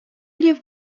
you’ve